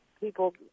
people